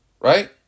right